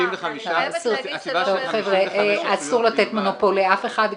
אסור לתת מונופול לאף אחד,